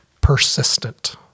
persistent